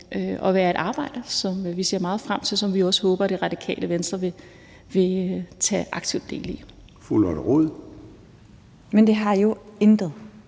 at være et arbejde, som vi ser meget frem til, og som vi også håber at Radikale Venstre vil tage aktiv del i. Kl. 10:48 Formanden (Søren Gade):